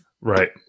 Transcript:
right